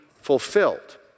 fulfilled